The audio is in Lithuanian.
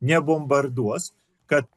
ne bombarduos kad